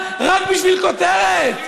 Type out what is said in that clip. אתם תמכרו את נשמתכם לשטן רק בשביל כותרת.